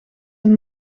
een